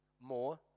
more